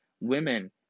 Women